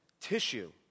Tissue